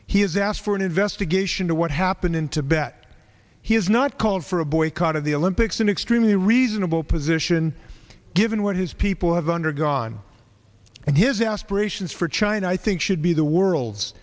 he has asked for an investigation to what happened in tibet he has not called for a boycott of the olympics an extremely reasonable position given what his people have undergone and his aspirations for china i think should be the world's